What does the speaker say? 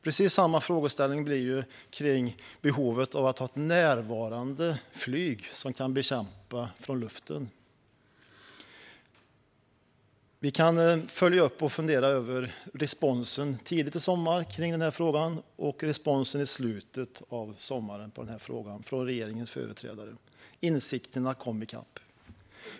Precis samma frågeställning blir det kring behovet av att ha ett närvarande flyg som kan bekämpa bränder från luften. Vi kan följa upp och fundera över responsen från regeringens företrädare på den här frågan tidigt i somras och i slutet av sommaren. Insikterna kom i kapp.